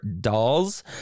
dolls